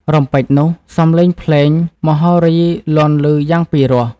រំពេចនោះ សំលេងភ្លេង មហោរីលាន់លីយ៉ាងពីរោះ ។